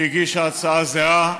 שהגישה הצעה זהה,